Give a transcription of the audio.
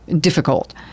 difficult